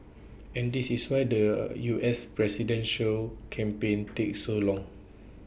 and this is why the U S presidential campaign takes so long